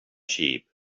sheep